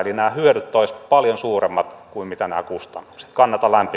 eli nämä hyödyt olisivat paljon suuremmat kuin nämä kustannukset